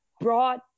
brought